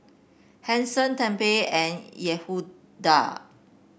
Hanson Tempie and Yehuda